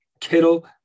Kittle